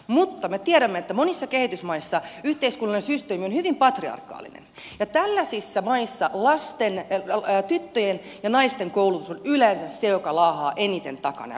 mutta me tiedämme että monissa kehitysmaissa yhteiskunnallinen systeemi on hyvin patriarkaalinen ja tällaisissa maissa tyttöjen ja naisten koulutus on yleensä se joka laahaa eniten takana